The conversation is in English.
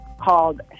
called